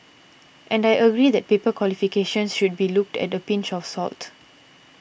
and I agree that paper qualifications should be looked at a pinch of salt